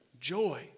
joy